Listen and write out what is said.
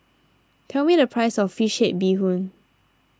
tell me the price of Fish Head Bee Hoon